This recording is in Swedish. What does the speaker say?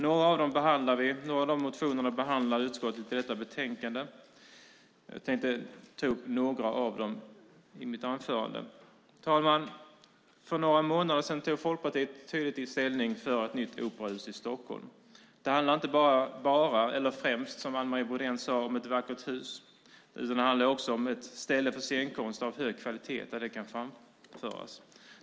Utskottet behandlar några av dessa motioner i detta betänkande, och jag tänkte ta upp några av dem i mitt anförande. Fru talman! För några månader sedan tog Folkpartiet tydligt ställning för ett operahus i Stockholm. Det handlar inte bara eller ens främst, som Anne Marie Brodén sade, om ett vackert hus, utan det handlar om ett ställe där scenkonst av hög kvalitet kan framföras.